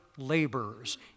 laborers